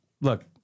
Look